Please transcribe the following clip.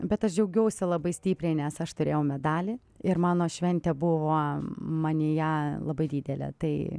bet aš džiaugiausi labai stipriai nes aš turėjau medalį ir mano šventė buvo manyje labai didelė tai